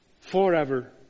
forever